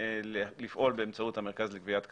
לפעול באמצעות המרכז לגביית קנסות,